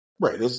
Right